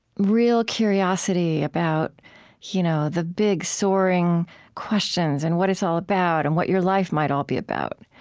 real curiosity about you know the big, soaring questions, and what it's all about, and what your life might all be about.